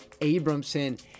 abramson